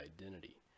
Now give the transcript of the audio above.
identity